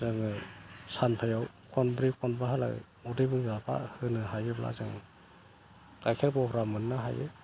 जोङो सानफायाव खनब्रै खनबालागि उदै बुंजाफा होनो हायोब्ला जों गाइखेर बह्रा मोननो हायो